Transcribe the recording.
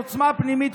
עוצמה פנימית,